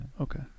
Okay